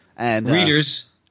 Readers